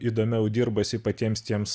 įdomiau dirbasi patiems tiems